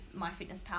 MyFitnessPal